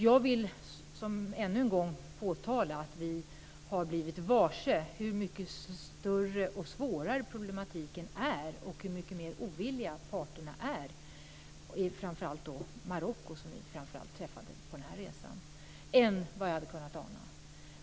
Jag vill än en gång påtala att vi har blivit varse hur mycket större och svårare problematiken är och hur mycket mer ovilliga parterna är att nå en lösning än vad jag hade kunnat ana, framför allt Marocko som vi träffade på vår resa.